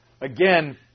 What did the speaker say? again